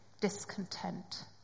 discontent